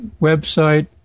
website